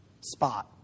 spot